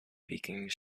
became